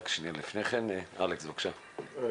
אלכס, בבקשה.